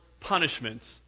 punishments